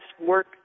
work